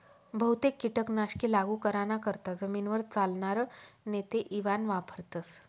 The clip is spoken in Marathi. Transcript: बहुतेक कीटक नाशके लागू कराना करता जमीनवर चालनार नेते इवान वापरथस